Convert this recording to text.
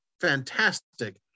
fantastic